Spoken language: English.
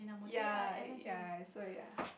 ya ya so ya